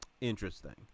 interesting